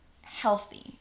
healthy